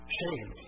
shame